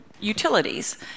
Utilities